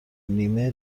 نیمه